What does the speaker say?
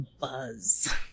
buzz